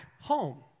home